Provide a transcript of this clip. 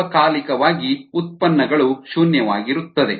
ಸಾರ್ವಕಾಲಿಕವಾಗಿ ಉತ್ಪನ್ನಗಳು ಶೂನ್ಯವಾಗಿರುತ್ತದೆ